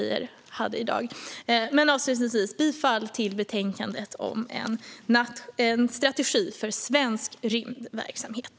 Jag yrkar bifall till utbildningsutskottets förslag i betänkandet om en strategi för svensk rymdverksamhet.